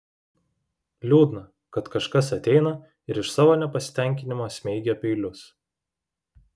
liūdna kad kažkas ateina ir iš savo nepasitenkinimo smeigia peilius